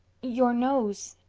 your nose,